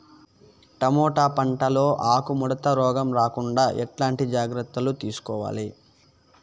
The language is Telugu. టమోటా పంట లో ఆకు ముడత రోగం రాకుండా ఎట్లాంటి జాగ్రత్తలు తీసుకోవాలి?